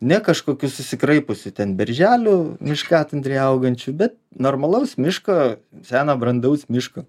ne kažkokių susikraipusių ten berželių miškatundrėj augančių bet normalaus miško seno brandaus miško